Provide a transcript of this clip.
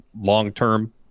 long-term